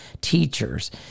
teachers